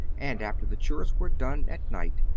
and, after the chores were done at night,